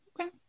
Okay